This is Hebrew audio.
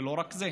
ולא רק זה,